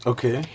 Okay